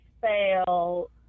fail